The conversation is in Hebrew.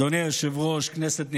אדוני היושב-ראש, כנסת נכבדה,